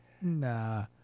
nah